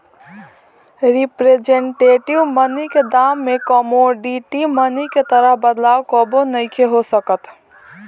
representative money के दाम में कमोडिटी मनी के तरह बदलाव कबो नइखे हो सकत